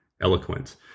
eloquent